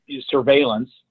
surveillance